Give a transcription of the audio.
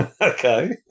Okay